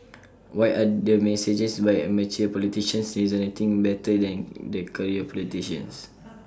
why are the messages by amateur politicians resonating better than the career politicians